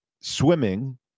swimming